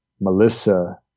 Melissa